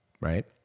right